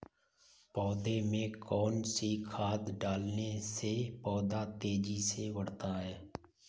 पौधे में कौन सी खाद डालने से पौधा तेजी से बढ़ता है?